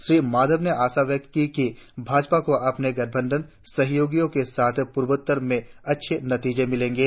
श्री माधव ने आशा व्यक्त की कि भाजपा को अपने गठबंधन सहयोगियों के साथ पूर्वोत्तर में अच्छे नतीजे मिलेंगे